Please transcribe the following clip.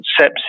sepsis